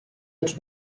els